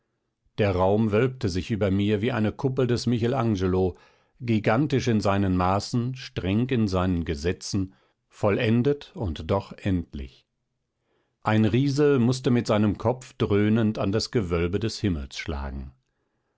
der raum wölbte sich über mir wie eine kuppel des michel angelo gigantisch in seinen maßen streng in seinen gesetzen vollendet und doch endlich ein riese mußte mit seinem kopf dröhnend an das gewölbe des himmels schlagen